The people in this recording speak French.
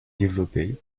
développés